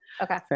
Okay